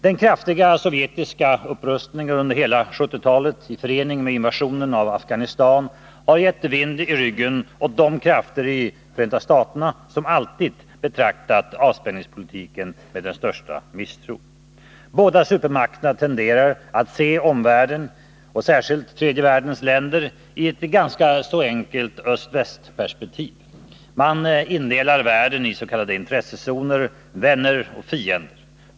Den kraftiga sovjetiska upprustningen under hela 1970-talet i förening med invasionen av Afghanistan har gett vind i ryggen åt de krafter i Förenta staterna som alltid betraktat avspänningspolitiken med den största misstro. Båda supermakterna tenderar att se omvärlden och särskilt tredje världens länder i ett ganska enkelt öst-västperspektiv. Världen indelas i s.k. intressezoner, vänner och fiender.